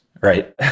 right